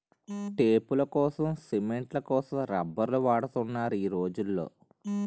టేపులకోసం, సిమెంట్ల కోసం రబ్బర్లు వాడుతున్నారు ఈ రోజుల్లో